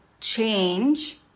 change